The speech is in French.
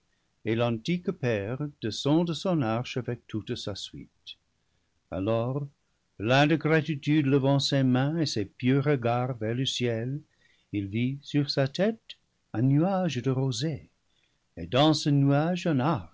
et l'antique père descend de son arche avec toute sa suite alors plein de gratitude levant ses mains et ses pieux regards vers le ciel il vit sur sa tête un nuage de rosée et dans ce nuage un arc